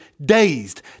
dazed